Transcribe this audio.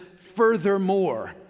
furthermore